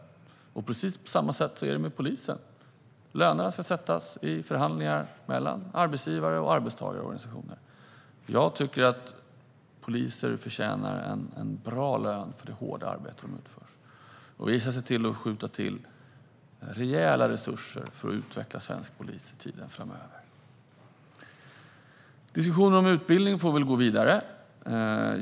Det är precis på samma sätt inom polisen. Lönerna ska sättas vid förhandlingar mellan arbetsgivar och arbetstagarorganisationer. Jag tycker att poliser förtjänar en bra lön för det hårda arbete som de utför. Vi ska se till att skjuta till rejäla resurser för att utveckla svensk polis under tiden framöver. Diskussionen om utbildning får föras vidare.